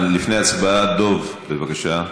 לפני ההצבעה, דב, בבקשה,